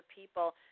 people